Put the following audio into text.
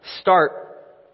start